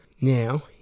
Now